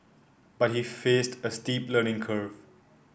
but he faced a steep learning curve